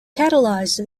catalyze